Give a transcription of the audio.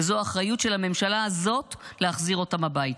וזו האחריות של הממשלה הזאת להחזיר אותם הביתה.